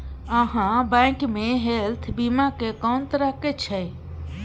आहाँ बैंक मे हेल्थ बीमा के कोन तरह के छै?